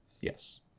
Yes